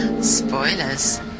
Spoilers